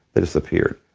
they disappeared.